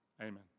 amen